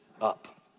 up